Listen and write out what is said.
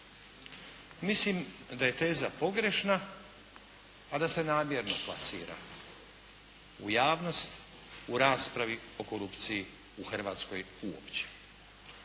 Mislim da je teza pogrešna, a da se namjerno plasira u javnost, u raspravi o korupciji u Hrvatskoj uopće.